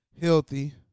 healthy